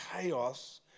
chaos